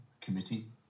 committee